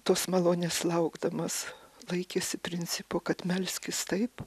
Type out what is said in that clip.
tos malonės laukdamas laikėsi principo kad melskis taip